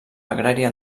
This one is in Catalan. agrària